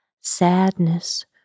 sadness